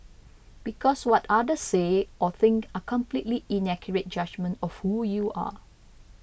because what others say or think are completely inaccurate judgement of who you are